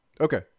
Okay